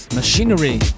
machinery